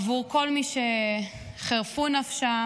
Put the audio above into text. עבור כל מי שחירפו נפשם,